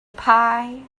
pie